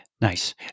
Nice